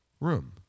room